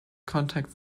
contacts